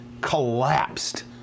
collapsed